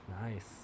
Nice